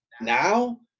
now